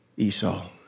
Esau